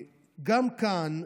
גם כאן,